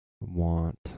want